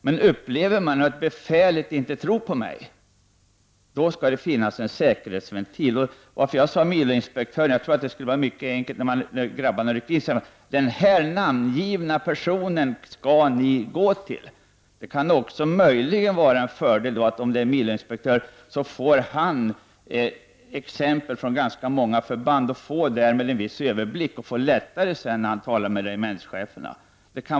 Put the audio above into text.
Men upplever man att befälet inte tror på vad man säger, skall det finnas en säkerhetsventil. Det är mycket enkelt att när grabbarna rycker in säga att en viss namngiven person skall de kunna gå till. Det kan möjligen vara en fördel med miloinspektören då han kan få exempel från många förband och därmed en överblick. Det blir då lättare för honom att tala med regementscheferna.